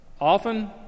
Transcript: often